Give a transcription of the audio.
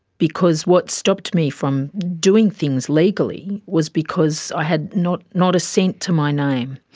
because what stopped me from doing things legally was because i had not not a cent to my name,